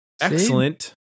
Excellent